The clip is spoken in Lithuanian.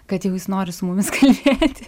kad jau jis nori su mumis kalbėti